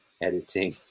editing